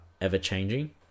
ever-changing